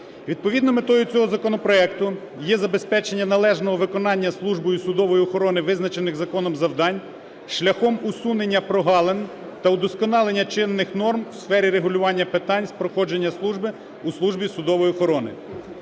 Відповідно метою цього законопроекту є забезпечення належного виконання Службою судової охорони визначених законом завдань шляхом усунення прогалин та удосконалення чинних норм у сфері регулювання питань з проходження служби у Службі судової охорони.